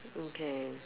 okay